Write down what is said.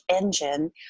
engine